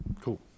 Cool